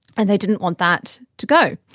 and they didn't want that to go.